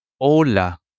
Hola